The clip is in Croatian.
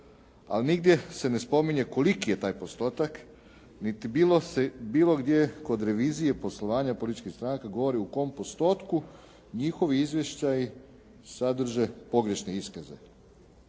ali nigdje se ne spominje koliki je taj postotak, niti bilo gdje kod revizije, poslovanja političkih stranaka govori u kom postotku njihovi izvještaji sadrže pogrešne iskaze.